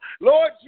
Lord